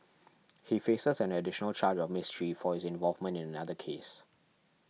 he faces an additional charge of mischief for his involvement in another case